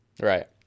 right